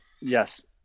Yes